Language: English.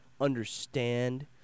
understand